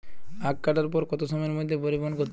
আখ কাটার পর কত সময়ের মধ্যে পরিবহন করতে হবে?